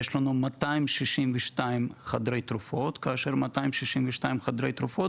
יש לנו 262 חדרי תרופות כאשר אותו מספר חדרי תרופות